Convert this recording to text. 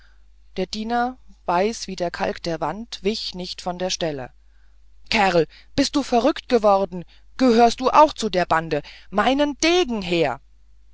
der diener weiß wie der kalk an der wand wich nicht von der stelle kerl bist du verrückt geworden gehörst du auch zu der bande meinen degen her